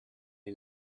est